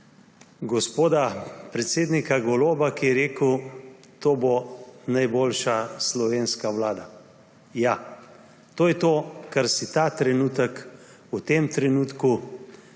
gospoda predsednika Goloba, ki je rekel – To bo najboljša slovenska vlada. Ja, to je to, kar si v tem trenutku